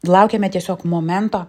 laukiame tiesiog momento